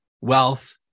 wealth